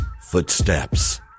footsteps